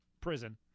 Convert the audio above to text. Prison